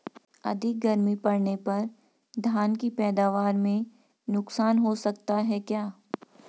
अधिक गर्मी पड़ने पर धान की पैदावार में नुकसान हो सकता है क्या?